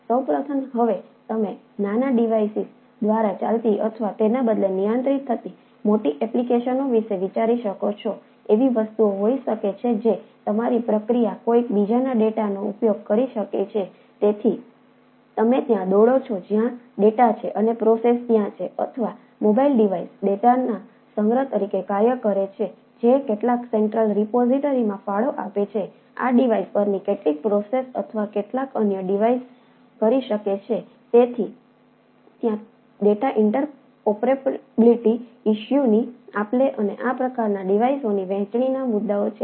સૌ પ્રથમ હવે તમે નાના ડિવાઇસ ઇશ્યુની આપ લે અને આ પ્રકારના ડિવાઇસોની વહેંચણીના મુદ્દાઓ છે